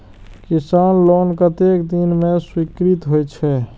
किसान लोन कतेक दिन में स्वीकृत होई छै?